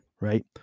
right